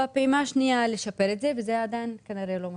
בפעימה השנייה ניסו לשפר את זה אבל כנראה זה לא הצליח.